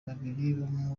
babiri